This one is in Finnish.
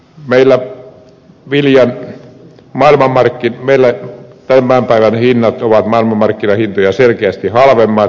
meillä viljan tämän päivän hinnat ovat maailmanmarkkinahintoja selkeästi halvemmat